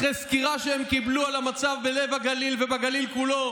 אחרי סקירה שהם קיבלו על המצב בלב הגליל ובגליל כולו